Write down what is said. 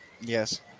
Yes